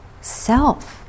self